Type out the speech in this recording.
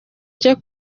cyo